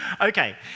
Okay